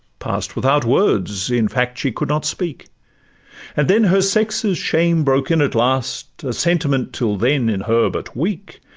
pass'd without words in fact she could not speak and then her sex's shame broke in at last, a sentiment till then in her but weak,